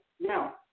now